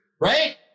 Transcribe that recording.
right